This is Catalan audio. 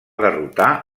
derrotar